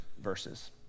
verses